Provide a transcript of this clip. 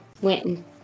went